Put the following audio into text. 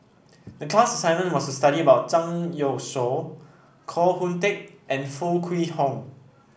the class assignment was to study about Zhang Youshuo Koh Hoon Teck and Foo Kwee Horng